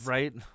Right